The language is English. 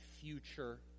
future